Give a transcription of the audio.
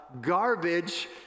garbage